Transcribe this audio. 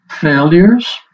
failures